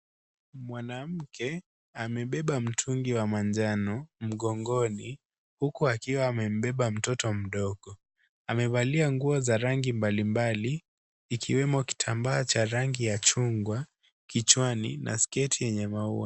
Mwanamke amebeba mtungi wa manjano mgongoni huku akiwa amembeba mtoto mdogo. Amevalia nguo za rangi mbalimbali ikiwemo kitambaa ya rangi ya chungwa kichwani na sketi yenye maua.